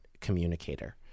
communicator